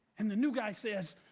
and the new guy says,